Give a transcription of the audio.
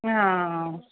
हां